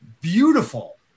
Beautiful